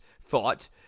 thought